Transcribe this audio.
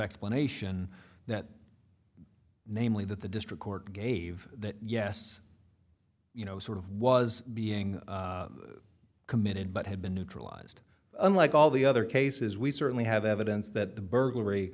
explanation that namely that the district court gave that yes you know sort of was being committed but had been neutralized unlike all the other cases we certainly have evidence that the burglary